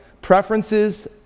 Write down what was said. preferences